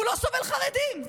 והוא לא סובל חרדים.